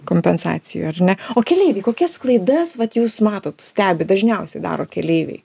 kompensacijų ar ne o keleiviai kokias klaidas vat jūs matot stebi dažniausiai daro keleiviai